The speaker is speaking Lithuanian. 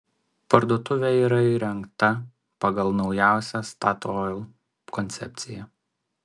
parduotuvė yra įrengta pagal naujausią statoil koncepciją